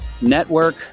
network